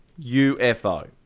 UFO